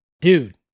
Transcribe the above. Dude